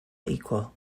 equal